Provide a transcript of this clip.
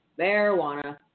Marijuana